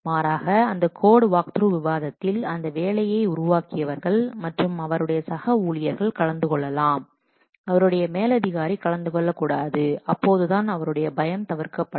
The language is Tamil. மாறாக அந்த கோட் வாக்த்ரூ விவாதத்தில் அந்த வேலையை உருவாக்கியவர்கள் மற்றும் அவருடைய சக ஊழியர்கள் கலந்து கொள்ளலாம் அவருடைய மேலதிகாரி கலந்துகொள்ளக்கூடாது அப்போதுதான் அவருடைய பயம் தவிர்க்கப்படும்